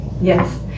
Yes